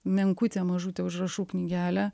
menkutė mažutė užrašų knygelė